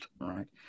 Right